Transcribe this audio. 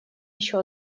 еще